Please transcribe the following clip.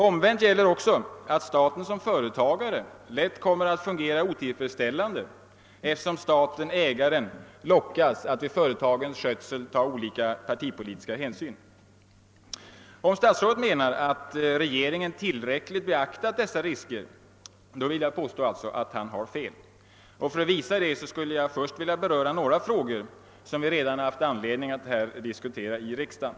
Omvänt gäller också att staten som företagare lätt kommer att fungera otillfredsställande, eftersom staten-ägaren lockas till att vid företagens skötsel ta olika partipolitiska hänsyn. Om statsrådet menar att regeringen tillräckligt har beaktat dessa risker, så vill jag påstå att han har fel. Och för att visa det vill jag beröra några frågor som vi redan har haft anledning att diskutera här i riksdagen.